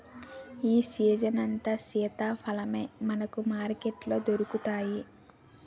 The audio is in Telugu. ఈ సీజనంతా సీతాఫలాలే మనకు మార్కెట్లో దొరుకుతాయి